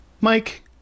mike